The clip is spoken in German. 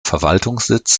verwaltungssitz